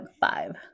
five